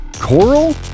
coral